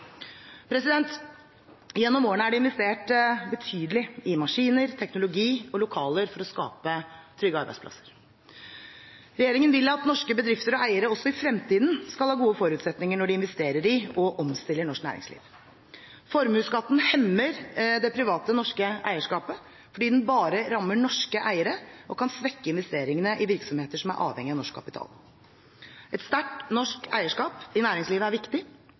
Gjennom årene er det investert betydelig i maskiner, teknologi og lokaler for å skape trygge arbeidsplasser. Regjeringen vil at norske bedrifter og eiere også i fremtiden skal ha gode forutsetninger når de investerer i og omstiller norsk næringsliv. Formuesskatten hemmer det private norske eierskapet fordi den bare rammer norske eiere og kan svekke investeringene i virksomheter som er avhengige av norsk kapital. Et sterkt norsk eierskap i næringslivet er viktig,